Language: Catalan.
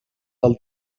del